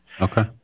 Okay